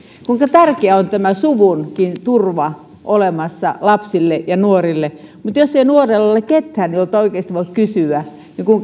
kuinka tärkeää on että tämä suvunkin turva on olemassa lapsille ja nuorille mutta jos ei nuorella ole ketään jolta oikeasti voi kysyä niin